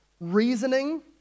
reasoning